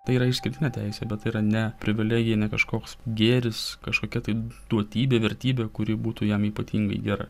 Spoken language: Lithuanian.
tai yra išskirtinė teisė bet tai yra ne privilegija ne kažkoks gėris kažkokia tai duotybė vertybė kuri būtų jam ypatingai gera